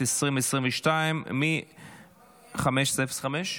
התשפ"ב 2022, מ/1505.